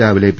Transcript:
രാവിലെ പി